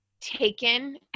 taken